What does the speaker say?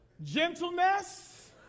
gentleness